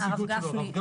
הרב גפני.